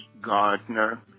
Gardner